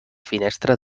finestra